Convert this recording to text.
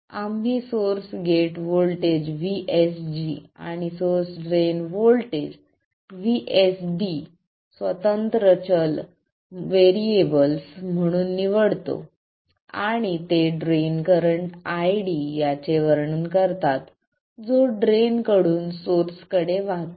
आम्ही source gate voltage VSG आणि source drain voltage VSD स्वतंत्र चल व्हेरिएबल्स म्हणून निवडतो आणि ते ड्रेन करंट ID याचे वर्णन करतात जो ड्रेन कडून सोर्स कडे वाहतो